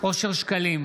אושר שקלים,